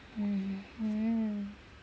mmhmm